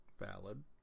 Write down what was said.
Valid